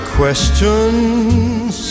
questions